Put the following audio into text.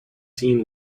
scene